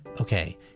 Okay